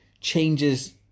changes